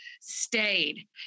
stayed